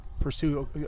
pursue